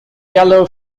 yellow